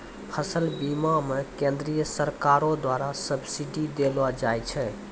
फसल बीमा मे केंद्रीय सरकारो द्वारा सब्सिडी देलो जाय छै